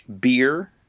beer